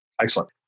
Excellent